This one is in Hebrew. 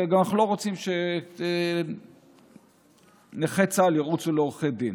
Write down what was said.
ואנחנו גם לא רוצים שנכי צה"ל ירוצו לעורכי דין.